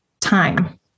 time